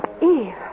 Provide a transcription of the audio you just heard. Eve